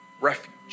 refuge